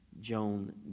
Joan